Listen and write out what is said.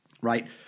Right